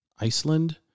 Iceland